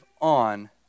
on